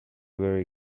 very